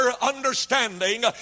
understanding